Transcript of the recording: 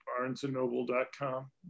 barnesandnoble.com